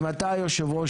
אם אתה היושב ראש,